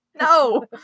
no